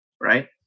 right